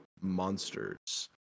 monsters